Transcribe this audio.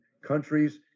countries